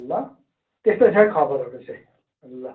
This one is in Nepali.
ल त्यस्तै छ है खबरहरू चाहिँ ल